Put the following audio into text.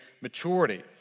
maturity